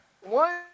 one